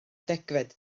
degfed